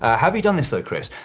ah have you done this though, chris?